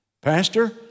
Pastor